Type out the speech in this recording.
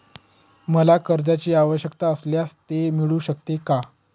मला कर्जांची आवश्यकता असल्यास ते मिळू शकते का?